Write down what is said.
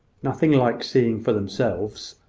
nothing like seeing for themselves,